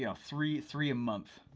ah three three a month